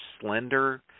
slender